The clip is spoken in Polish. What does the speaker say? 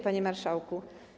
Panie Marszałku!